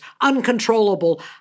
uncontrollable